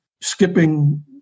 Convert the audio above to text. skipping